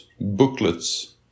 booklets